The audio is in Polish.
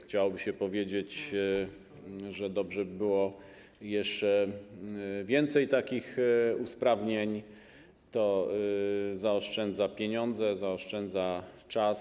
Chciałoby się powiedzieć, że dobrze by było wprowadzić jeszcze więcej takich usprawnień, to zaoszczędza pieniądze, zaoszczędza czas.